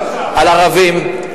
על ערבים,